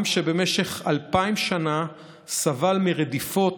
עם שבמשך אלפיים שנה סבל מרדיפות,